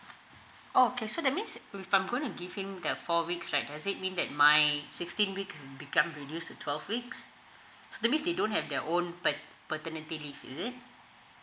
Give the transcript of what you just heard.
oh okay so that means if I'm going to give him that four weeks right does it mean that my sixteen weeks become reduced to twelve weeks that means they don't have their own pa~ paternity leave is it